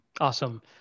Awesome